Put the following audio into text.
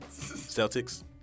Celtics